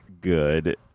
good